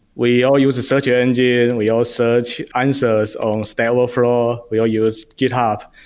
we all use search ah engine. and we all search answers on stableflow. we all use github.